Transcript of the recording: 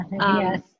Yes